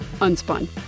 unspun